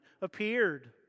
appeared